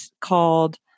called